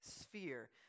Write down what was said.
sphere